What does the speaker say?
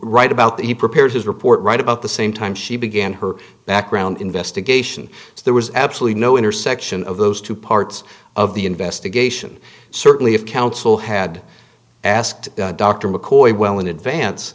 that he prepared his report right about the same time she began her background investigation so there was absolutely no intersection of those two parts of the investigation certainly if council had asked dr mccoy well in advance